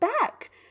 back